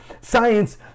Science